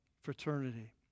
fraternity